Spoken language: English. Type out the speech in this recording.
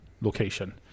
location